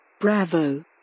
Bravo